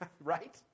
right